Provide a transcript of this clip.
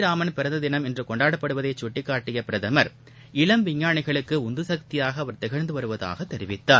ராமன் பிறந்த தினம் இன்று கொண்டாடப்படுவதைச் சுட்டிக்காட்டிய பிரதமர் இளம் விஞ்ஞானிகளுக்கு உந்து சக்தியாக அவர் திகழ்ந்து வருவதாகத் தெரிவித்தார்